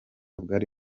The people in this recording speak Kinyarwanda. bwari